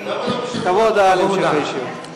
תבוא הודעה על המשך הישיבה,